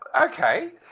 okay